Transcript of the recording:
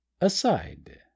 Aside